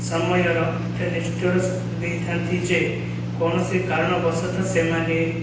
ସମୟର ଏତେ ନିଷ୍ଠୁର ଦେଇଥାନ୍ତି ଯେ କୌଣସି କାରଣବଶତଃ ସେମାନେ